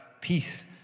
peace